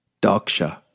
Daksha